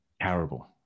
terrible